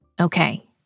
Okay